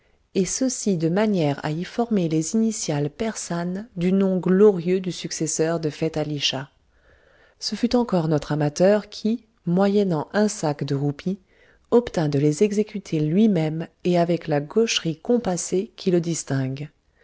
et ceci de manière à y former les initiales persanes du nom glorieux du successeur de feth ali shah ce fut encore notre amateur qui moyennant un lac de roupies obtint de les exécuter lui-même et avec la gaucherie compassée qui le distingue